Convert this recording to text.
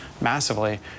massively